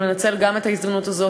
ולנצל את ההזדמנות הזאת,